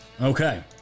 Okay